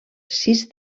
sis